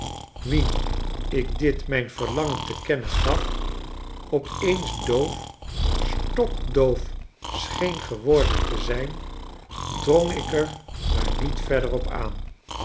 wien ik dit mijn verlangen te kennen gaf op eens doof stokdoof scheen geworden te zyn drong ik er maar niet verder op aan